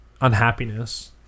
unhappiness